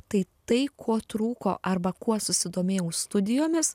tai tai ko trūko arba kuo susidomėjau studijomis